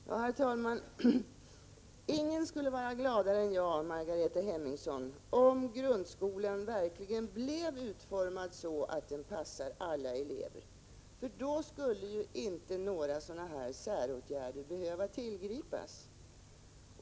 Herr talman! Ingen skulle vara gladare än jag, Margareta Hemmingsson, om grundskolan verkligen blev utformad så, att den passar alla elever. Då skulle inte några säråtgärder behöva tillgripas.